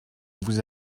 vous